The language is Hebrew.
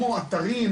כמו אתרים,